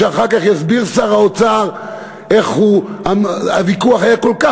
שאחר כך יסביר שר האוצר איך הוויכוח היה כל כך